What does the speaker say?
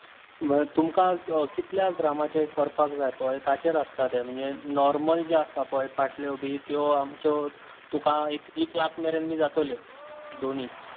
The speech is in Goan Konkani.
तुमकां कितल्या ग्रामाचें करपाक जाय पळय ताचेर आसता तें म्हणचे नोर्मल जें आसता पळय पाटल्यो बी त्यो आमच्यो तुका एक लाख मेरेन बी जातल्यो दोनी